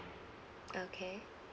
okay